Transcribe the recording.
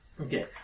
Okay